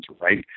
right